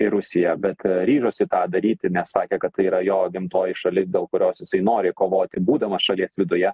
į rusiją bet ryžosi ką daryti nes sakė kad tai yra jo gimtoji šalis dėl kurios jisai nori kovoti būdamas šalies viduje